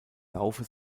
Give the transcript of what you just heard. laufe